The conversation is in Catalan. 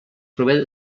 prové